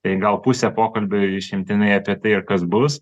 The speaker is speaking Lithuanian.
tai gal pusę pokalbio išimtinai apie tai ir kas bus